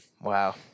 Wow